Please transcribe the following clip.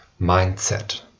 mindset